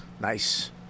Nice